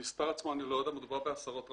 את המספר עצמו אני לא יודע, מדובר בעשרות רבות.